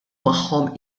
magħhom